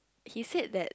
he said that